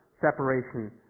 separation